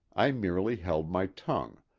i merely held my tongue,